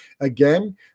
again